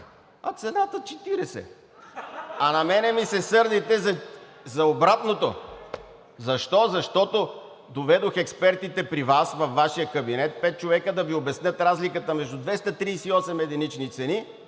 а цената е 40. (Смях.) А на мен ми се сърдите за обратното. Защо? Защото доведох експертите при Вас – във Вашия кабинет, пет човека да Ви обяснят разликата между 238 единични цени